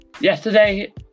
Yesterday